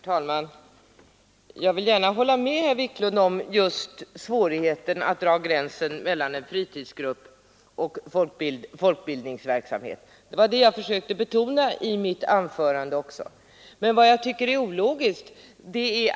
Herr talman! Jag vill gärna hålla med herr Wiklund om att det föreligger svårigheter att dra gränsen mellan en fritidsgrupp och fackbildningsverksamhet. Jag försökte också betona det i mitt anförande.